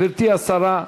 גברתי השרה,